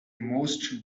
most